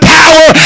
power